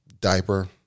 diaper